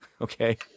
Okay